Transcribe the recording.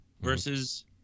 versus